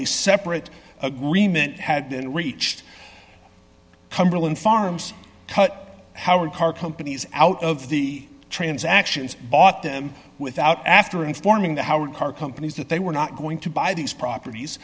a separate agreement had been reached cumberland farms cut our car companies out of the transactions bought them without after informing the howard car companies that they were not going to buy these properties